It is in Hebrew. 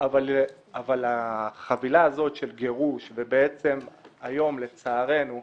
אבל החבילה הזו, של גירוש - ובעצם היום, לצערנו,